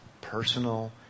personal